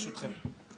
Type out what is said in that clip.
ברשותכם.